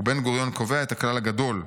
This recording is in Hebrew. ובן-גוריון קובע את הכלל הגדול: